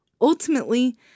ultimately